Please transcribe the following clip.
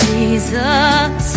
Jesus